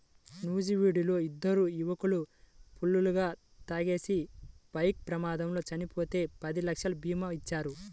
నూజివీడులో ఇద్దరు యువకులు ఫుల్లుగా తాగేసి బైక్ ప్రమాదంలో చనిపోతే పది లక్షల భీమా ఇచ్చారు